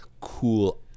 cool